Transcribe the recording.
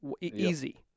Easy